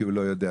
כי הוא לא יודע,